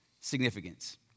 significance